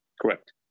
Correct